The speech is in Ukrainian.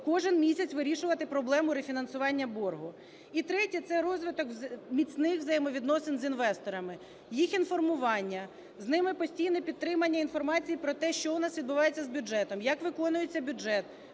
кожний місяць вирішувати проблему рефінансування боргу. І третє. Це розвиток міцних взаємовідносин з інвесторами, їх інформування, з ними постійне підтримання інформації про те, що у нас відбувається з бюджетом, як виконується бюджет.